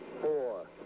four